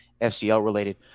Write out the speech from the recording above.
FCL-related